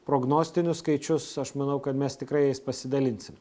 prognostinius skaičius aš manau kad mes tikrai jais pasidalinsim